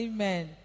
Amen